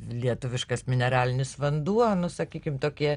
lietuviškas mineralinis vanduo nu sakykim tokie